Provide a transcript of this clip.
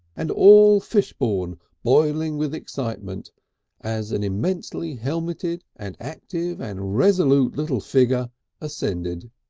and all fishbourne boiling with excitement as an immensely helmeted and active and resolute little figure ascended.